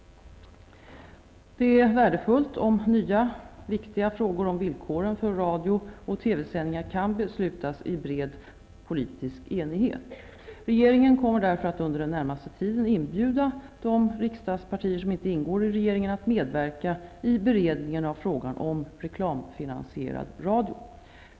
Det är värdefullt om nya, viktiga frågor om villkoren för radio och TV-sändningar kan beslutas i bred politisk enighet. Regeringen kommer därför att under den närmaste tiden inbjuda de riksdagspartier som inte ingår i regeringen att medverka i beredningen av frågan om reklamfinansierad radio.